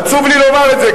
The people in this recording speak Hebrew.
עצוב לי לומר את זה,